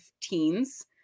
teens